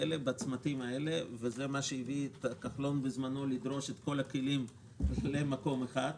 בצמתים האלה וזה מה שהביא את כחלון בזמנו לדרוש את כל הכלים למקום אחד,